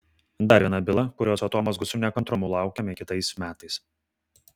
dar viena byla kurios atomazgų su nekantrumu laukiame kitais metais